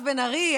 מירב בן ארי,